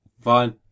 Fine